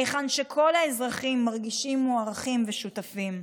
היכן שכל האזרחים מרגישים מוערכים ושותפים.